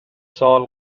سال